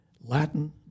Latin